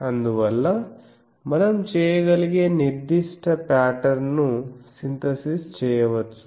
అందువల్ల మనం చేయగలిగే నిర్దిష్ట పాటర్న్ను సింథసిస్ చేయవచ్చు